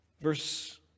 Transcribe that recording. Verse